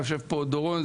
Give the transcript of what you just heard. יושב פה דורון.